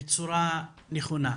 בצורה נכונה.